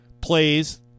plays